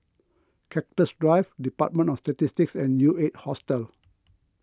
Cactus Drive Department of Statistics and U eight Hostel